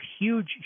huge